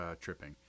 tripping